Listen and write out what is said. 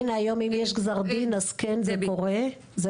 פנינה, היום אם יש גזר דין, אז כן זה קורה היום.